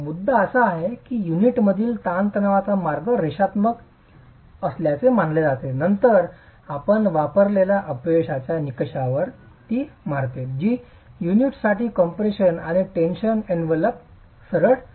मुद्दा असा आहे की युनिटमधील ताणतणावाचा मार्ग रेषात्मक असल्याचे मानले जाते आणि नंतर आपण वापरलेल्या अपयशाच्या निकषावर ती मारते जी युनिटसाठी कॉम्प्रेशन आणि टेन्शन एनवेलोप सरळ रेष आहे